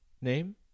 name